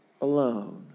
alone